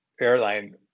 airline